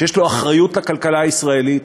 שיש לו אחריות לכלכלה הישראלית,